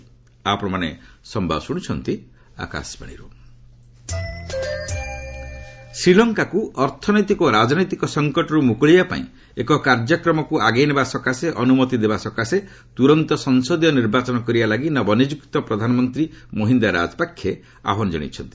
SL Rajapaksa ଶ୍ରୀଲଙ୍କାକୁ ଅର୍ଥନୈତିକ ଓ ରାଜନୈତିକ ସଂକଟରୁ ମୁକୁଳେଇବା ପାଇଁ ଏକ କାର୍ଯ୍ୟକ୍ରମକୁ ଆଗେଇ ନେବା ସକାଶେ ଅନୁମତି ଦେବା ପାଇଁ ତୁରନ୍ତ ସଂସଦୀୟ ନିର୍ବାଚନ କରିବା ଲାଗି ନବନିଯୁକ୍ତ ପ୍ରଧାନମନ୍ତ୍ରୀ ମହିନ୍ଦା ରାଜପାକ୍ଷେ ଆହ୍ପାନ ଜଣାଇଛନ୍ତି